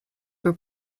were